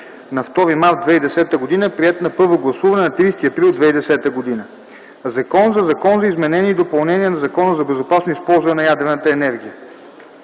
на 2 март 2010 г., приет на първо гласуване на 30 април 2010 г. „Закон за Закон за изменение и допълнение на Закона за безопасно използване на ядрената енергия”.